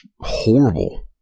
horrible